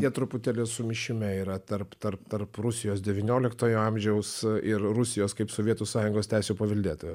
jie truputėlį sumišime yra tarp tarp tarp rusijos devynioliktojo amžiaus ir rusijos kaip sovietų sąjungos teisių paveldėtojo